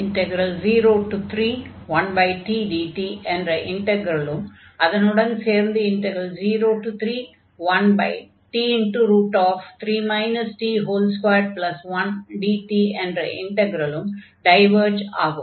031tdt என்ற இன்டக்ரலும் அதனுடன் சேர்ந்து 031t3 t21dt என்ற இன்டக்ரலும் டைவர்ஜ் ஆகும்